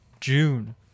June